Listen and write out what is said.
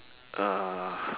uh